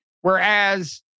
whereas